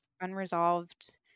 Unresolved